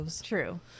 true